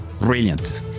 Brilliant